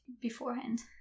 beforehand